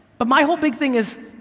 but my whole big thing is,